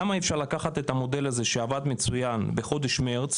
למה אי אפשר לקחת את המודל שעבד מצוין בחודש מרץ?